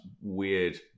weird